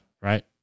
Right